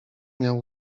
miał